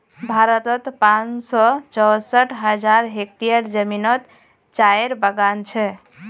भारतोत पाँच सौ चौंसठ हज़ार हेक्टयर ज़मीनोत चायेर बगान छे